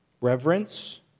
Reverence